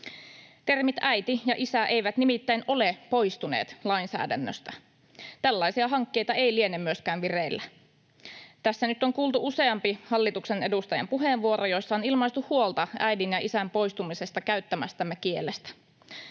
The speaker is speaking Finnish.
Termit ”äiti” ja ”isä” eivät nimittäin ole poistuneet lainsäädännöstä. Tällaisia hankkeita ei liene myöskään vireillä. Tässä nyt on kuultu useampi hallituksen edustajan puheenvuoro, jossa on ilmaistu huolta ”äidin” ja ”isän” poistumisesta käyttämästämme kielestä.